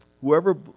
whoever